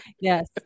Yes